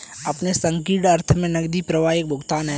अपने संकीर्ण अर्थ में नकदी प्रवाह एक भुगतान है